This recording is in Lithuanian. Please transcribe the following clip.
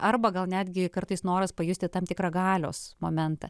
arba gal netgi kartais noras pajusti tam tikrą galios momentą